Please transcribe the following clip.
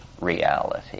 reality